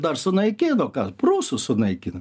dar sunaikino ką prūsus sunaikino